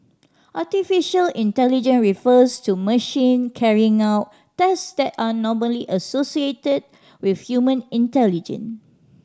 artificial intelligence refers to machine carrying out task that are normally associated with human intelligence